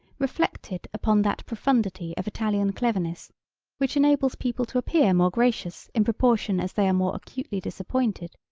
reflected upon that profundity of italian cleverness which enables people to appear more gracious in proportion as they are more acutely disappointed.